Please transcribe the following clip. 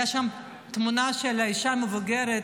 הייתה שם תמונה של אישה מבוגרת,